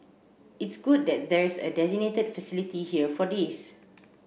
it's good that there's a designated facility here for this